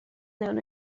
known